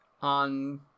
on